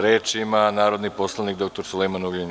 Reč ima narodni poslanik dr Sulejman Ugljanin.